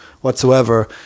whatsoever